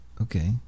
Okay